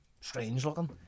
strange-looking